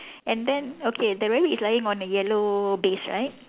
and then okay the rabbit is lying on a yellow base right